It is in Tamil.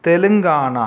தெலுங்கானா